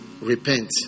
repent